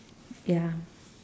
ya